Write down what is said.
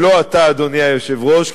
אדוני היושב-ראש,